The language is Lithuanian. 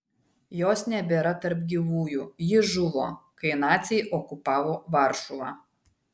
jos nebėra tarp gyvųjų ji žuvo kai naciai okupavo varšuvą